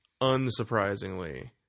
unsurprisingly